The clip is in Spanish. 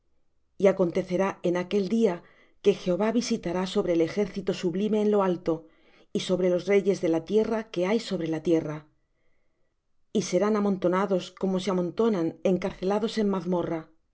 y acontecerá en aquel día que jehová visitará sobre el ejército sublime en lo alto y sobre los reyes de la tierra que hay sobre la tierra y serán amontonados como se amontonan encarcelados en mazmorra